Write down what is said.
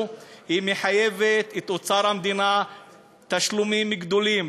מחייבת את אוצר המדינה בתשלומים גדולים.